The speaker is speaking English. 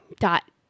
Dot